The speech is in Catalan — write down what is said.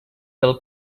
del